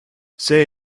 see